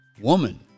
Woman